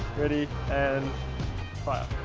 ready, and fire! it